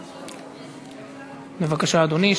בבקשה, אדוני.